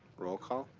roll call.